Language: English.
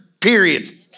period